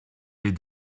les